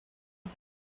haut